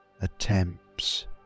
attempts